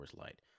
Light